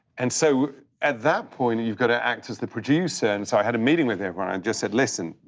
and so at that point you've gotta act as the producer. and so i had a meeting with everyone. i just said, listen,